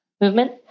movement